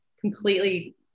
completely